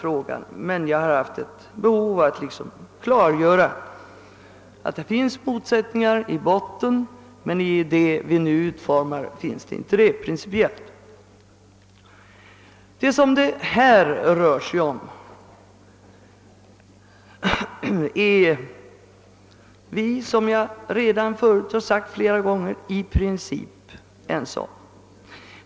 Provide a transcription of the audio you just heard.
Jag har dock haft ett behov av att klargöra att det finns motsättningar i botten men att det i fråga om den politik vi nu principiellt utformar inte föreligger några motsättningar. Det vi här behandlar är vi alltså i princip ense om.